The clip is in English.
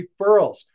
referrals